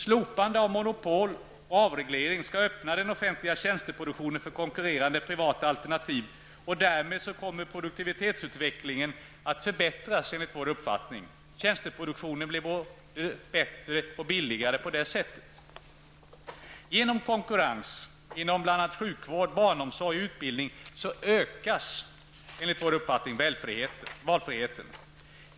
Slopande av monopol och avreglering skall öppna den offentliga tjänsteproduktionen för konkurrerande privata alternativ. Därmed kommer produktivitetsutvecklingen att förbättras, enligt vår uppfattning. Tjänsteproduktionen blir då både bättre och billigare. Genom konkurrens inom bl.a. sjukvård, barnomsorg och utbildning ökas valfriheten.